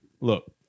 Look